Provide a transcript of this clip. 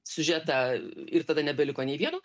siužetą ir tada nebeliko nei vieno